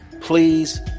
please